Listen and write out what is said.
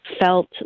felt